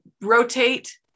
rotate